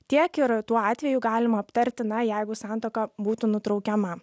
tiek ir tuo atveju galima aptarti na jeigu santuoka būtų nutraukiama